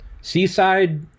Seaside